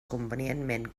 convenientment